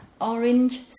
orange